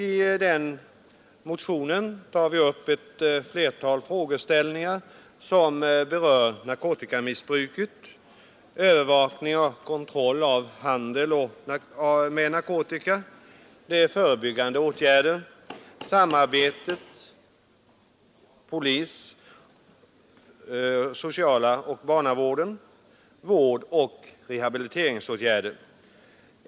I den motionen tar vi upp ett flertal frågeställningar som berör narkotikamissbruket: övervakning, kontroll av handel med narkotika, förebyggande åtgärder, samarbetet mellan å ena sidan polis och å andra sidan socialvården och barnavården, vård och rehabiliteringsåtgärder.